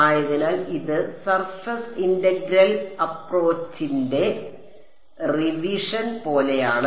ആയതിനാൽ ഇത് surface integral അപ്രോചിന്റെ റിവിഷൻ പോലെയാണ്